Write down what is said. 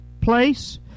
place